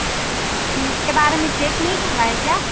اس کے بارے میں چیک نہیں کرویا کیا